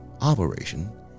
operation